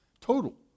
total